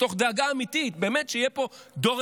מתוך דאגה אמיתית באמת שיהיה פה דור